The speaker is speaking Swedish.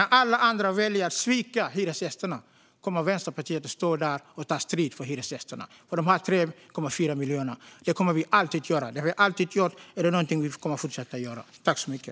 När alla andra väljer att svika hyresgästerna kommer Vänsterpartiet att stå där och ta strid för dem. De är 3,4 miljoner. Det kommer vi alltid att göra. Vi har alltid gjort det, och vi kommer att fortsätta med det.